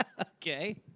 Okay